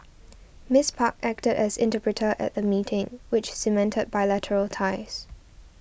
Miss Park acted as interpreter at the meeting which cemented bilateral ties